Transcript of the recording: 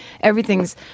everything's